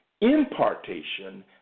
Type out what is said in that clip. impartation